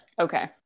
okay